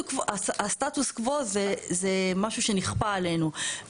הסטטוס קוו זה משהו שנכפה עלינו.